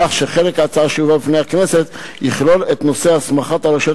כך שחלק ההצעה שיובא בפני הכנסת יכלול את נושא הסמכת הרשויות